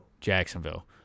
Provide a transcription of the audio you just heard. Jacksonville